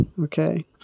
okay